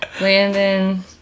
Landon